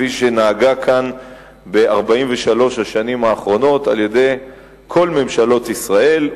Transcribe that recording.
כפי שנהגה כאן ב-43 השנים האחרונות על-ידי כל ממשלות ישראל.